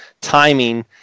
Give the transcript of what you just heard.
Timing